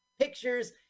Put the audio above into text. pictures